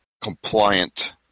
compliant